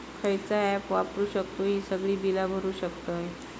खयचा ऍप वापरू शकतू ही सगळी बीला भरु शकतय?